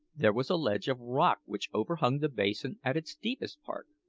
there was a ledge of rock which overhung the basin at its deepest part,